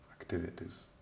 activities